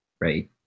right